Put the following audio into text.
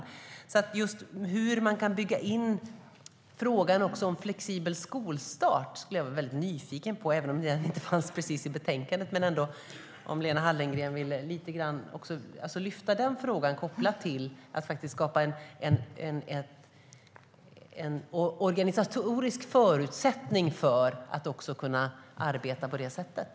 Jag är också nyfiken på hur man kan bygga in frågan om flexibel skolstart, även om det inte precis fanns med i betänkandet. Men kan Lena Hallengren lyfta upp den frågan lite grann, kopplat till att skapa en organisatorisk förutsättning för att kunna arbeta även på det sättet?